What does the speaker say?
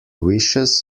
wishes